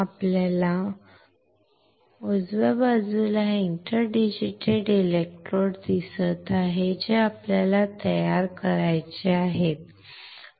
आपल्याला उजव्या बाजूला हे इंटरडिजिटल इलेक्ट्रोड दिसत आहे जे आपल्याला तयार करायचे आहे